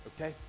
Okay